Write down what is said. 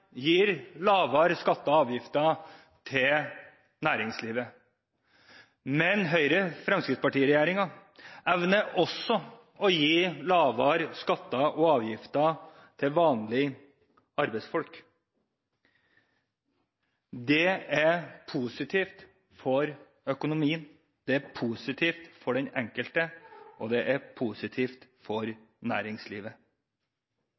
gir lavere skatter og avgifter til næringslivet. Men Høyre–Fremskrittsparti-regjeringen evner også å gi lavere skatter og avgifter til vanlige arbeidsfolk. Det er positivt for økonomien, det er positivt for den enkelte, og det er positivt